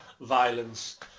violence